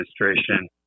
administration